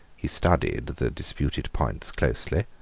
he studied the disputed points closely,